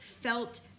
felt